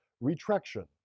retraction